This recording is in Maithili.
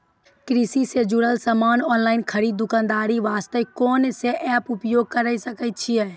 कृषि से जुड़ल समान ऑनलाइन खरीद दुकानदारी वास्ते कोंन सब एप्प उपयोग करें सकय छियै?